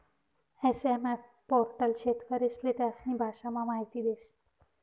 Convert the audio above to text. SMF portal शेतकरीस्ले त्यास्नी भाषामा माहिती देस